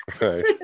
Right